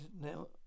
now